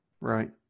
right